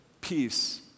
Peace